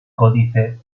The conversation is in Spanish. códice